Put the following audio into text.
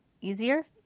easier